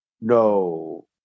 No